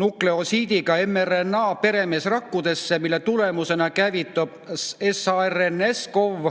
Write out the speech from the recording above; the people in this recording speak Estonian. nukleosiidiga mRNA peremeesrakkudesse, mille tulemusena käivitub SARS-CoV-2